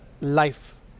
life